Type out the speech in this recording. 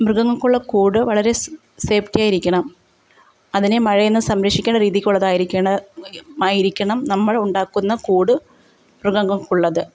മൃഗങ്ങള്ക്കുള്ള കൂട് വളരെ സ് സേഫ്റ്റി ആയിരിക്കണം അതിനെ മഴയിൽ നിന്നു സംരക്ഷിക്കേണ്ട രീതിക്കുള്ളതായിരിക്കണം ആയിരിക്കണം നമ്മള് ഉണ്ടാക്കുന്ന കൂട് മൃഗങ്ങള്ക്കുള്ളത്